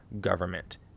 government